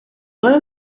learn